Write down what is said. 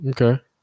okay